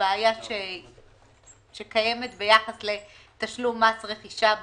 הבעיה שקיימת ביחס לתשלום מס רכישה בשכלול.